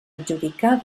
adjudicar